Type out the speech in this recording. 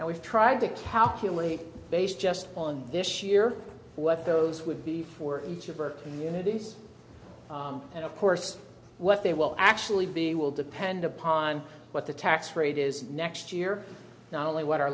now we've tried to calculate based just on this year what those would be for each of our communities and of course what they will actually be will depend upon what the tax rate is next year not only what our